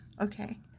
Okay